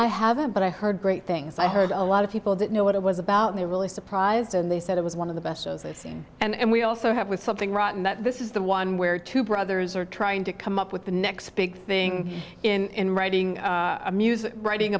i have a but i heard great things i heard a lot of people didn't know what it was about and they really surprised and they said it was one of the best shows i've seen and we also have with something rotten that this is the one where two brothers are trying to come up with the next big thing in writing music writing